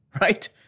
right